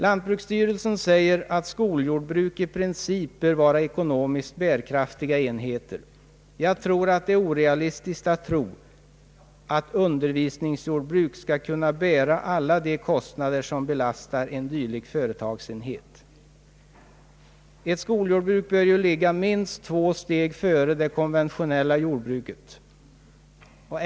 Lantbruksstyrelsen säger att skoljordbruk i princip bör vara ekonomiskt bärkraftiga enheter. Jag anser det vara orealistiskt att tro, att ett undervisningsjordbruk skall kunna bära alla de kostnader som belastar en dylik företagsenhet. Ett skoljordbruk bör ju ligga minst två steg före det konventionella jordbruket.